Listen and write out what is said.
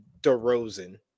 DeRozan